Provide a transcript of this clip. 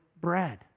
bread